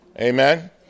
Amen